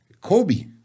Kobe